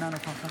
אינה נוכחת